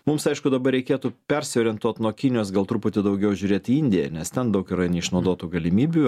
mums aišku dabar reikėtų persiorientuot nuo kinijos gal truputį daugiau žiūrėt į indiją nes ten daug yra neišnaudotų galimybių